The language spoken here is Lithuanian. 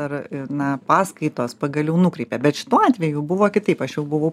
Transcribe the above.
ar na paskaitos pagaliau nukreipia bet šituo atveju buvo kitaip aš jau buvau